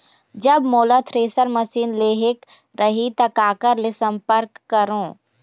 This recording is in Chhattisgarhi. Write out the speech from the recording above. जब मोला थ्रेसर मशीन लेहेक रही ता काकर ले संपर्क करों?